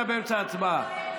בבקשה, גברתי, תמשיכי.